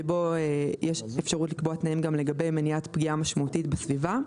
שבו יש אפשרות לקבוע תנאים גם לגבי מניעת פגיעה משמעותית בסביבה.